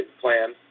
plan